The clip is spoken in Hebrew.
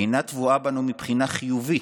אינה טבועה בנו מבחינה חיובית,